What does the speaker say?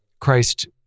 Christ